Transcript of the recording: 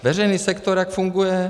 Veřejný sektor jak funguje?